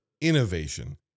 innovation